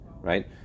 right